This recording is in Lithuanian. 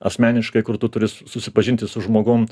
asmeniškai kur tu turi susipažinti su žmogum